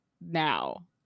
now